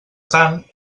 tant